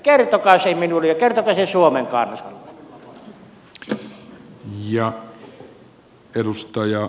kertokaa se minulle ja kertokaa se suomen kansalle